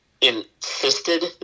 insisted